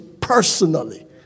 personally